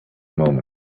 moment